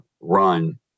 run